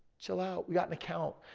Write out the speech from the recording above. chill out, we got an account.